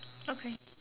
okay